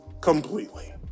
completely